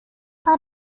but